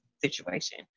situation